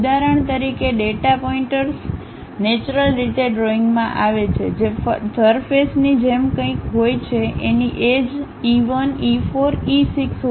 ઉદાહરણ તરીકે data pointers natural રીતે ડ્રોઈંગમાં આવે છે જે સરફેસની જેમ કંઈક હોય છે જેની એજ E 1 E 4 E 6